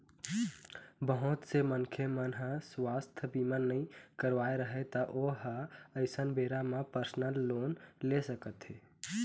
बहुत से मनखे मन ह सुवास्थ बीमा नइ करवाए रहय त ओ ह अइसन बेरा म परसनल लोन ले सकत हे